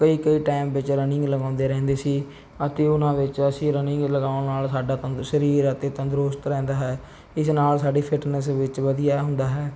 ਕਈ ਕਈ ਟੈਮ ਵਿੱਚ ਰਨਿੰਗ ਲਗਾਉਂਦੇ ਰਹਿੰਦੇ ਸੀ ਅਤੇ ਉਨ੍ਹਾਂ ਵਿੱਚ ਅਸੀਂ ਰਨਿੰਗ ਲਗਾਉਣ ਨਾਲ ਸਾਡਾ ਤੰਦ ਸਰੀਰ ਅਤੇ ਤੰਦਰੁਸਤ ਰਹਿੰਦਾ ਹੈ ਇਸ ਨਾਲ ਸਾਡੀ ਫਿੱਟਨੈੱਸ ਵਿੱਚ ਵਧੀਆ ਹੁੰਦਾ ਹੈ